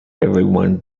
everyone